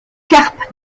carpes